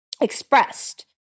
expressed